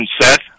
Seth